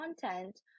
content